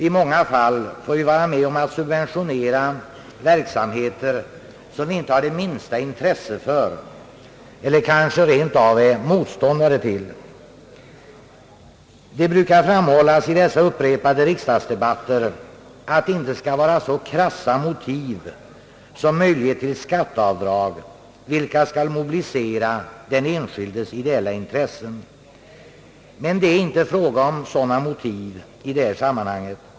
I många fall får vi vara med om att subventionera verksamheter som vi inte har det minsta intresse för eller kanske rent av är motståndare till. Vid de upprepade riksdagsdebatterna i frågan brukar framhållas att det inte skall vara så krassa motiv som möjligheten = till skatteavdrag, vilka skall mobilisera den enskildes ideella intressen. Men det är inte fråga om sådana motiv i detta sammanhang.